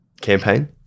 Campaign